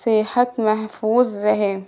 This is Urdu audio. صحت محفوظ رہے